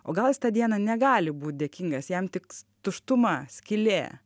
o gal jis tą dieną negali būt dėkingas jam tik tuštuma skylė